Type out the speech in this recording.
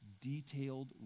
detailed